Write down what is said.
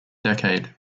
decade